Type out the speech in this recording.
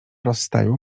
rozstaju